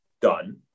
done